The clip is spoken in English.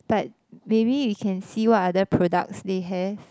but maybe we can see what other products they have